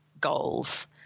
goals